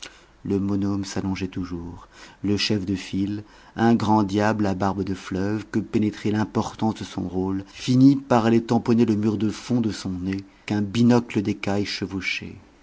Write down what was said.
le monôme s'allongeait toujours le chef de file un grand diable à barbe de fleuve que pénétrait l'importance de son rôle finit par aller tamponner le mur de fond de son nez qu'un binocle d'écaille chevauchait